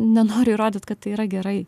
nenoriu įrodyt kad tai yra gerai